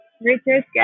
Richard